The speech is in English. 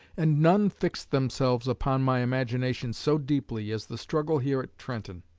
and none fixed themselves upon my imagination so deeply as the struggle here at trenton.